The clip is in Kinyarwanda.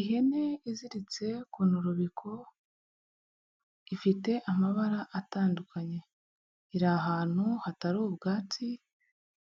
Ihene iziritse ku ngororobeko ifite amabara atandukanye, iri ahantu hatari ubwatsi